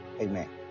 Amen